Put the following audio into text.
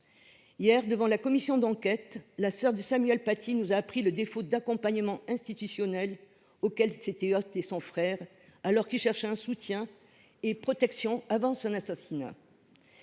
Hier, devant la commission d’enquête, la sœur de Samuel Paty nous a informés du défaut d’accompagnement institutionnel auquel s’était heurté son frère, alors qu’il cherchait soutien et protection avant son assassinat.